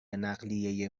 نقلیه